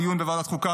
בדיון בוועדת חוקה,